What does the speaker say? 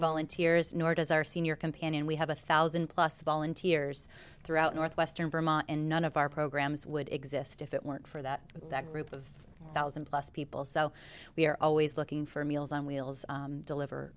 volunteers nor does our senior companion we have a thousand plus volunteers throughout northwestern vermont and none of our programs would exist if it weren't for that group of thousand plus people so we're always looking for meals on wheels deliver